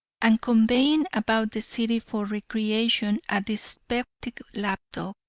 and conveying about the city for recreation a dyspeptic lap-dog,